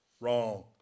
wrong